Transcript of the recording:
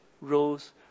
rose